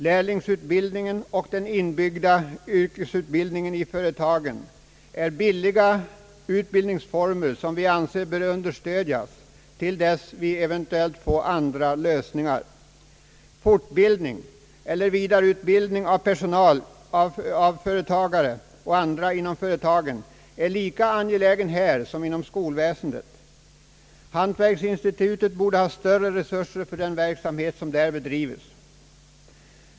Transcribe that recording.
Lärlingsutbildningen och den inbyggda yrkesutbildningen i företagen är billiga utbildningsformer, som vi anser bör understödjas till dess vi eventuellt får andra lösningar. Fortbildning eller vidareutbildning av företagare och personal inom företagen är lika angelägen som utbildning inom skolväsendet. Hantverksinstitutet borde ha större resurser för den verksamhet som där bedrives.